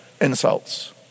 insults